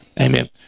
amen